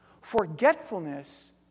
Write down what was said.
forgetfulness